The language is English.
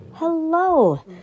Hello